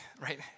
Right